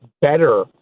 better